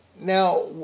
Now